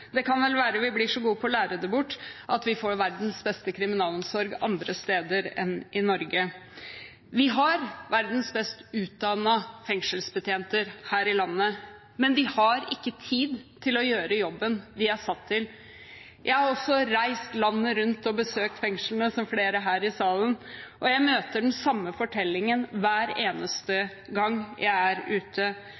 Det kan vel være at vi blir så gode til å lære det bort at vi får verdens beste kriminalomsorg andre steder enn i Norge. Vi har verdens best utdannede fengselsbetjenter her i landet, men de har ikke tid til å gjøre jobben de er satt til. Jeg har også, som flere her i salen, reist landet rundt og besøkt fengslene, og jeg møter den samme fortellingen hver eneste